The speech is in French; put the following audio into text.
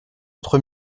entre